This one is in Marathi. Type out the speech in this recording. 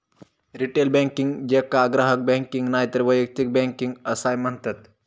रिटेल बँकिंग, जेका ग्राहक बँकिंग नायतर वैयक्तिक बँकिंग असाय म्हणतत